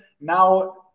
Now